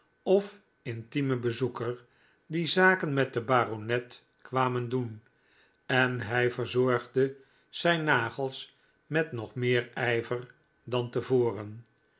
of intiemen bezoeker die zaken met den baronet kwamen doen en hij verzorgde zijn nagels met nog meer ijver dan te voren